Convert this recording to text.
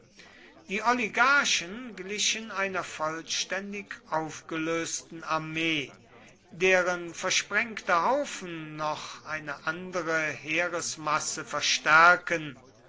die oligarchen glichen einer vollständig aufgelösten armee deren versprengte haufen noch eine andere heeresmasse verstärken